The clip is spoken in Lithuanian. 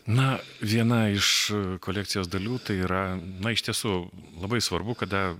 na viena iš kolekcijos dalių tai yra na iš tiesų labai svarbu kada